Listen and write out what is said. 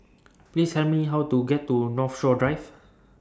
Please Tell Me How to get to Northshore Drive